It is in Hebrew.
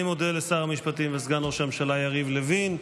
אני מודה לשר המשפטים וסגן ראש הממשלה יריב לוין.